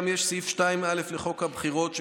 גם יש סעיף 2א לחוק הבחירות (דרכי תעמולה),